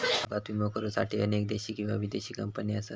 अपघात विमो करुसाठी अनेक देशी किंवा विदेशी कंपने असत